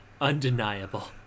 undeniable